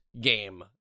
game